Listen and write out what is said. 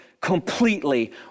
completely